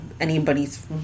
anybody's